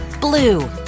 blue